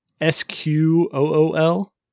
S-Q-O-O-L